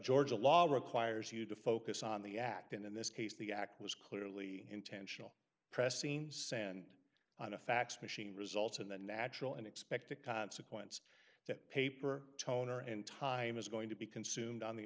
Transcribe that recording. georgia law requires you to focus on the act and in this case the act was clearly intentional pressing sand on a fax machine results in the natural and expect a consequence that paper toner and time is going to be consumed on the